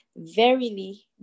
Verily